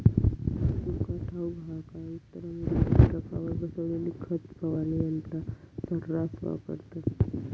तुका ठाऊक हा काय, उत्तर अमेरिकेत ट्रकावर बसवलेली खत फवारणी यंत्रा सऱ्हास वापरतत